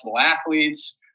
athletes